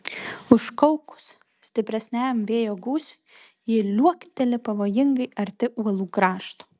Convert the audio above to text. užkaukus stipresniam vėjo gūsiui ji liuokteli pavojingai arti uolų krašto